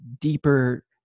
deeper